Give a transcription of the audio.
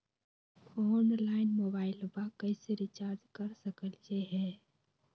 Online मोबाइलबा कैसे recharge कर सकलिए है?